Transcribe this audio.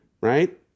right